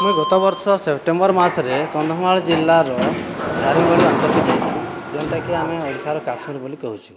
ମୁଇଁ ଗତବର୍ଷ ସେପ୍ଟେମ୍ବର ମାସରେ କନ୍ଧମାଳ ଜିଲ୍ଲାର ଦାରିଙ୍ଗ୍ବାଡ଼ି ଅଞ୍ଚଲ୍କେ ଯାଇଥିଲି ଯେନ୍ଟାକି ଆମେ ଓଡ଼ିଶାର କାଶ୍ମୀର ବୋଲି କହୁଚୁଁ